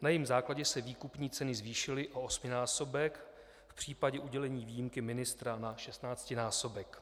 Na jejím základě se výkupní ceny zvýšily o osminásobek, v případě udělení výjimky ministra na šestnáctinásobek.